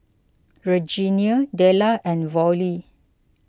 Regenia Della and Vollie